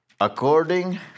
according